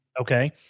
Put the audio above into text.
Okay